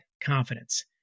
confidence